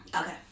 Okay